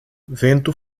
vento